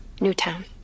Newtown